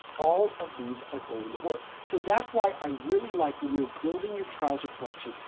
all of these are going to work. so, that's why i really like when you're building your trouser collection,